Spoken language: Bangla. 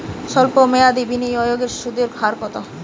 সল্প মেয়াদি বিনিয়োগে সুদের হার কত?